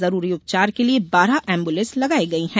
जरूरी उपचार के लिये बारह एम्बुलेंस लगाई गई हैं